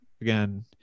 again